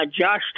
Josh